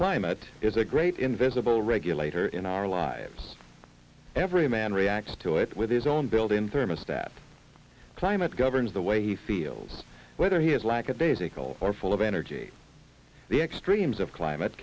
climate is a great invisible regulator in our lives every man reacts to it with his own built in thermostat climate governs the way he feels whether he is lackadaisical or full of energy the extremes of climate